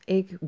ik